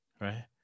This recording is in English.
right